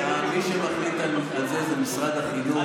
מה התפקיד שלו?